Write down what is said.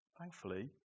Thankfully